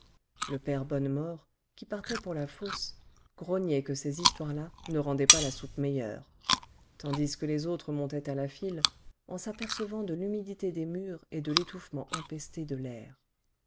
le père bonnemort qui partait pour la fosse grognait que ces histoires-là ne rendaient pas la soupe meilleure tandis que les autres montaient à la file en s'apercevant de l'humidité des murs et de l'étouffement empesté de l'air